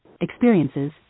experiences